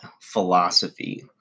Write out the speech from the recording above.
philosophy